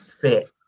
fit